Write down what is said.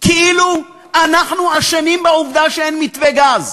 כאילו אנחנו אשמים בעובדה שאין מתווה גז.